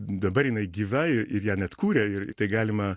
dabar jinai gyva ir ir ją net kuria ir tai galima